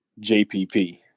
JPP